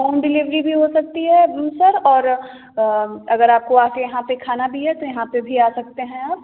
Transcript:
home delivery भी हो सकती है सर अगर आप आके यहाँ पे खाना भी है तो यहाँ पे भी आ सकते हैं आप